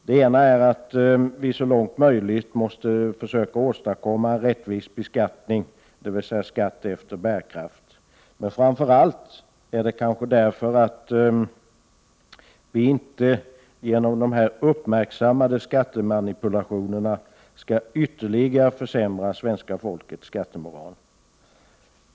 Den ena är att vi så långt möjligt måste försöka åstadkomma en rättvis >eskattning, dvs. skatt efter bärkraft. Men framför allt är det kanske därför Itt vi inte genom de här uppmärksammade skattemanipulationerna skall ytterligare försämra svenska folkets skattemoral.